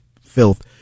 filth